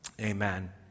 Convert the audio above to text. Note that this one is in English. Amen